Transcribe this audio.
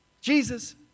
Jesus